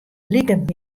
liket